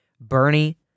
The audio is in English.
Bernie